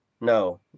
No